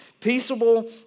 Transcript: Peaceable